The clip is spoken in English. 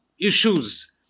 issues